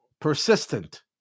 persistent